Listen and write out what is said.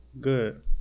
Good